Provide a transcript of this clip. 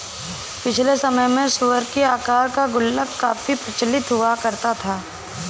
पिछले समय में सूअर की आकार का गुल्लक काफी प्रचलित हुआ करता था